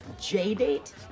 J-date